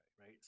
Right